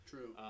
True